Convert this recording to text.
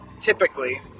typically